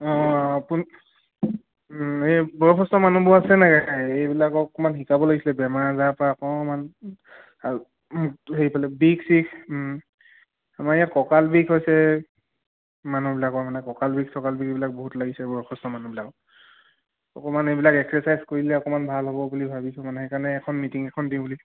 অঁ আপুনি এই বয়ষস্থ মানুহবোৰ আছে নাই এইবিলাকক অকণমান শিকাব লাগিছিলে বেমাৰ আজাৰৰ পৰা অকণমান হেৰি পালে বিষ চিষ আমাৰ ইয়াত কঁকাল বিষ হৈছে মানুহবিলাকৰ মানে কঁকাল বিষ চকাল বিষ এইবিলাক বহুত লাগিছে বয়সস্থ মানুহবিলাকক অকণমান সেইবিলাক এক্সাৰচাইজ কৰি দিলে অকণমান ভাল হ'ব বুলি ভাবিছোঁ মানে সেইকাৰণে এখন মিটিং এখন দিও বুলি